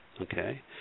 okay